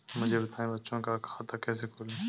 मुझे बताएँ बच्चों का खाता कैसे खोलें?